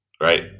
right